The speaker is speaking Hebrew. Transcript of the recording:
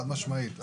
חד משמעית.